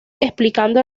explicando